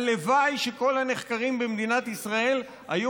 הלוואי שכל הנחקרים במדינת ישראל היו